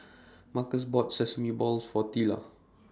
Marcus bought Sesame Balls For Teela